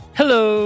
Hello